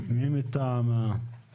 אני